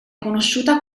conosciuta